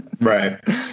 Right